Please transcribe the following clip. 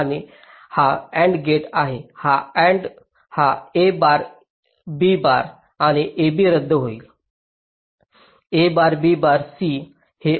आणि हा AND gate आहे हा AND हा a बार b बार आणि ab रद्द होईल a bar b bar c